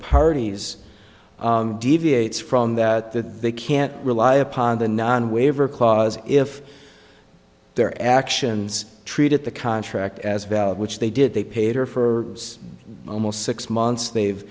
parties deviates from that that they can't rely upon the non waiver clause if their actions treated the contract as valid which they did they paid her for almost six months they've